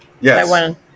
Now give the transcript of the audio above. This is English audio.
Yes